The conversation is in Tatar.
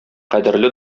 кадерле